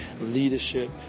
leadership